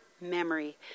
memory